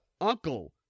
uncle